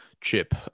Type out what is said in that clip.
chip